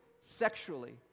sexually